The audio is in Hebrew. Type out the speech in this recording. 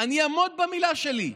אני אעמוד במילה שלי,